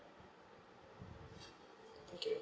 okay